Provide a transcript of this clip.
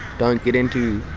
don't get into,